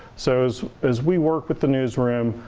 so, as as we work with the newsroom,